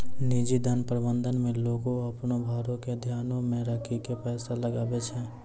निजी धन प्रबंधन मे लोगें अपनो भारो के ध्यानो मे राखि के पैसा लगाबै छै